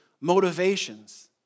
motivations